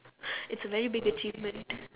it's a very big achievement